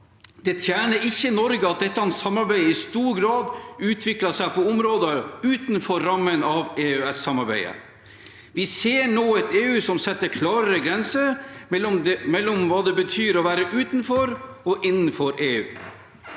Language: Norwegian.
Det tjener ikke Norge at dette samarbeidet i stor grad utvikler seg på områder utenfor rammen av EØS-samarbeidet. Vi ser nå et EU som setter klarere grenser mellom hva det betyr å være utenfor EU og innenfor EU.